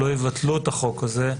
לא תבטל את החוק הזה,